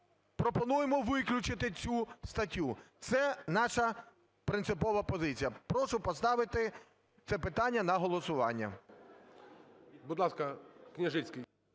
пропонуємо виключити цю статтю. Це наша принципова позиція. Прошу поставити це питання на голосування.